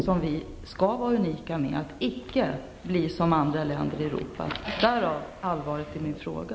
Jag menar att vi skall vara unika och att läget här icke skall bli som i andra länder i Europa -- därav allvaret i min fråga.